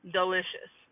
delicious